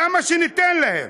למה שניתן להם?